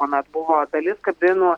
kuomet buvo dalis kabinų